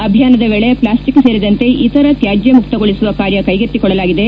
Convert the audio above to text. ಅಭಿಯಾನದ ವೇಳಿ ಪ್ಲಾಸ್ಟಿಕ್ ಸೇರಿದಂತೆ ಇತರ ತ್ಯಾಜ್ಯ ಮುಕ್ತಗೊಳಿಸುವ ಕಾರ್ಯ ಕೈಗೆತ್ತಿಕೊಳ್ಳಲಾಗಿದೆ